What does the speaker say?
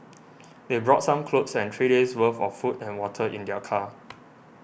they brought some clothes and three days' worth of food and water in their car